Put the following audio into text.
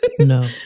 No